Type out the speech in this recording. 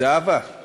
זהבה, אני